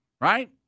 right